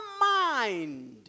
mind